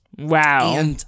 wow